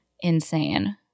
insane